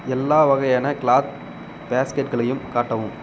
எல்லா வகையான க்ளாத் பேஸ்கெட்களையும் காட்டவும்